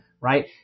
right